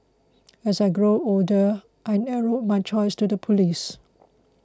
as I grew older I narrowed my choice to the police